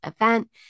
event